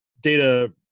data